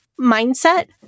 mindset